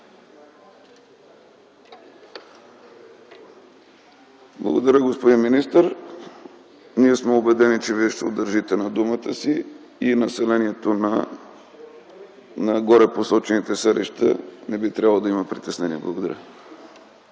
Благодаря, господин министър. Ние сме убедени, че Вие ще удържите на думата си и населението на горепосочените селища не би трябвало да има притеснение. Благодаря.